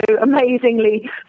amazingly